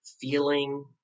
feeling